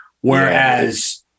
Whereas